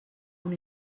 una